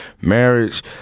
Marriage